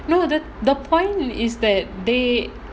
no the the point is that they